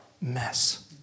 mess